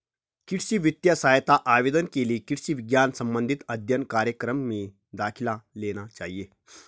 कृषि वित्तीय सहायता आवेदन के लिए कृषि विज्ञान संबंधित अध्ययन कार्यक्रम में दाखिला लेना चाहिए